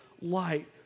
light